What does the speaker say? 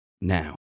now